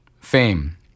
Fame